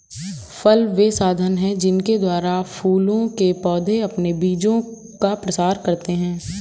फल वे साधन हैं जिनके द्वारा फूलों के पौधे अपने बीजों का प्रसार करते हैं